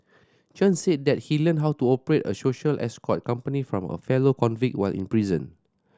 Chen said that he learned how to operate a social escort company from a fellow convict while in prison